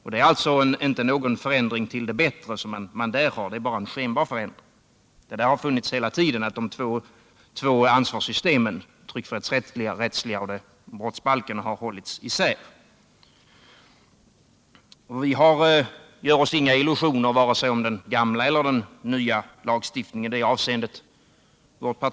På den här punkten är det alltså ingen förändring till det bättre — bara en skenbar förändring. De två ansvarssystemen i tryckfrihetsförordningen och brottsbalken har funnits hela tiden och hållits isär. Vi gör oss inga illusioner om vare sig den gamla eller nya lagstiftningen.